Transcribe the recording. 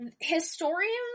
historians